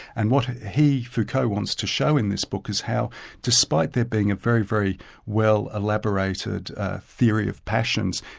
and what he, foucault, wants to show in this book, is how despite there being a very, very well elaborated theory of passions,